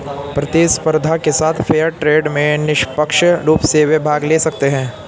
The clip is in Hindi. प्रतिस्पर्धा के साथ फेयर ट्रेड में निष्पक्ष रूप से वे भाग ले सकते हैं